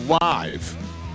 live